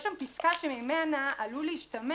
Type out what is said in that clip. בדברי ההסבר יש פסקה שממנה עלול להשתמע